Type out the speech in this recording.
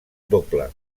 doble